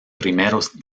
primeros